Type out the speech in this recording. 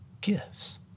gifts